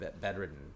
bedridden